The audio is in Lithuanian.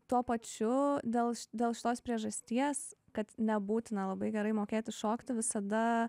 tuo pačiu dėl ši dėl šitos priežasties kad nebūtina labai gerai mokėti šokti visada